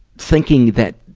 thinking that,